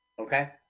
Okay